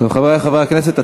חברי חברי הכנסת,